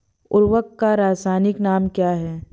उर्वरक का रासायनिक नाम क्या है?